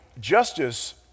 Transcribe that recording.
justice